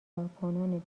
کارکنان